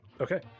Okay